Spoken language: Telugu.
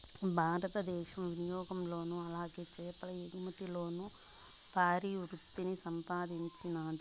భారతదేశం వినియాగంలోను అలాగే చేపల ఎగుమతిలోను భారీ వృద్దిని సాధించినాది